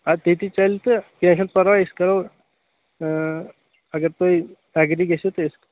اَدٕ تِتہِ چلہِ تہٕ کیٚنٛہہ چھُ نہٕ پرواے أسۍ کرو اَگر تُہۍ ایٚگری گٔژھو تہٕ أسۍ